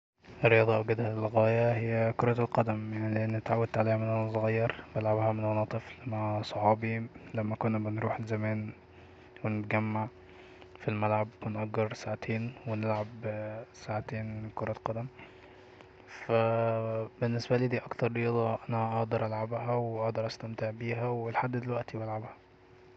رياضة اجيدها للغاية هي كرة القدم لاني اتعودت عليها من وانا صغير بلعبها من وانا طفل مع صحابي لما كنا بنروح زمان ونتجمع في الملعب وناجر ساعتين ونلعب ساعتين كرة قدم ف بالنسبالي دي اكتر رياضة أنا أقدر العبها واقدر استمتع بيها ولحد دلوقتي بلعبها